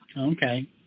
Okay